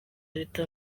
leta